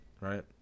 right